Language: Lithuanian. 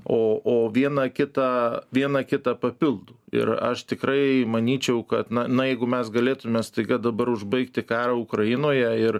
o o viena kitą viena kitą papildo ir aš tikrai manyčiau kad na na jeigu mes galėtume staiga dabar užbaigti karą ukrainoje ir